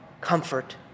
comfort